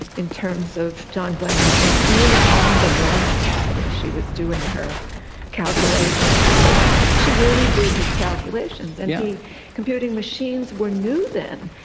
in terms of john glenn was not really on the launch pad as she was doing her calculations. but she really did his calculations, and computing machines were new then,